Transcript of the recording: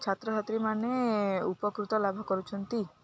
ଛାତ୍ର ଛାତ୍ରୀମାନେ ଉପକୃତ ଲାଭ କରୁଛନ୍ତି